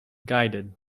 guided